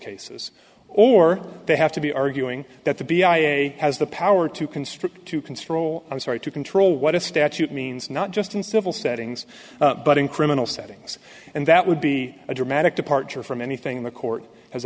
cases or they have to be arguing that the b i a has the power to constrict to considerable i'm sorry to control what a statute means not just in civil settings but in criminal settings and that would be a dramatic departure from anything in the court has